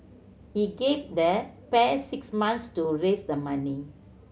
he gave the pair six months to raise the money